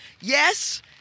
Yes